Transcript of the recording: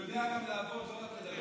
הוא יודע גם לעבוד, לא רק לדבר.